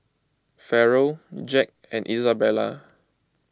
Farrell Jack and Izabella